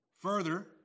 Further